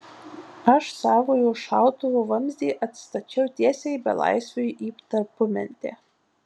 aš savojo šautuvo vamzdį atstačiau tiesiai belaisviui į tarpumentę